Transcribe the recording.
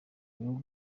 bihugu